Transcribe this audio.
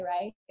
right